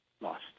lost